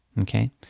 Okay